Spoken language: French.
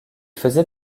faisait